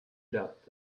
doubt